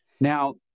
Now